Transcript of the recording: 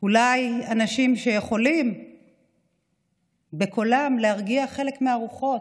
אולי אנשים שיכולים בקולם להרגיע חלק מהרוחות,